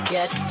Get